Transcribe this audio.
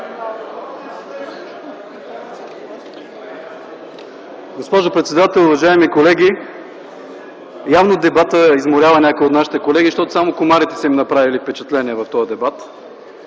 Госпожо председател, уважаеми колеги! Явно дебатът изморява и някои от нашите колеги, защото само комарите са им направили впечатление в този дебат.